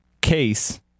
case